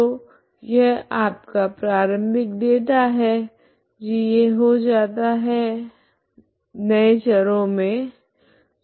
तो यह आपका प्रारम्भिक डेटा है यह हो जाता है नए चरों मे